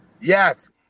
yes